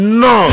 no